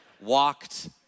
walked